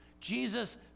Jesus